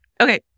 Okay